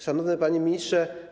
Szanowny Panie Ministrze!